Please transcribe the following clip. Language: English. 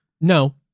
No